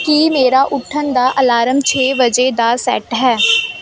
ਕੀ ਮੇਰਾ ਉੱਠਣ ਦਾ ਅਲਾਰਮ ਛੇ ਵਜੇ ਦਾ ਸੈੱਟ ਹੈ